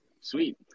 sweet